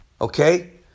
Okay